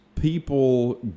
people